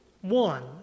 one